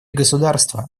государства